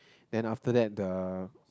then after that the